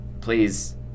please